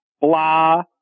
blah